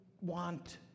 want